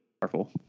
powerful